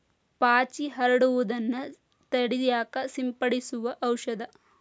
ಪಾಚಿ ಹರಡುದನ್ನ ತಡಿಯಾಕ ಸಿಂಪಡಿಸು ಔಷದ